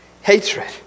hatred